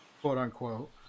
quote-unquote